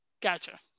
Gotcha